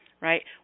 right